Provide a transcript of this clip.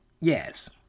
Yes